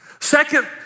Second